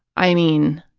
i mean,